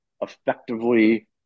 effectively